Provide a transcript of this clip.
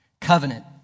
covenant